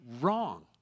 wrong